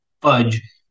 fudge